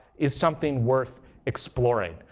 is something worth exploring.